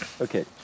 Okay